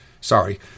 Sorry